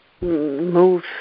move